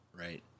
Right